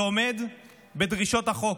זה עומד בדרישות החוק.